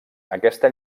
aquesta